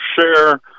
share